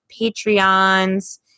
Patreons